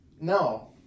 No